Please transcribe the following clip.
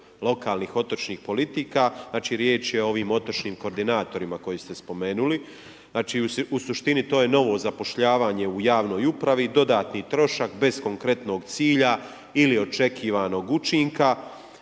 lokalnih otočnih politika, znači riječ je o ovim otočnim koordinatorima koje ste spomenuli. Znači u suštini to je novo zapošljavanje u javnoj upravi i dodatni trošak bez konkretnog cilja ili očekivanog učinka.